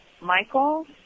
Michael